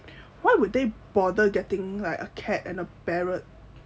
why would they bother getting like a cat and a parrot